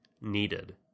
needed